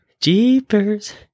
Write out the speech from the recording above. Jeepers